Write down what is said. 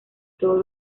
todos